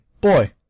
boy